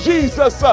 Jesus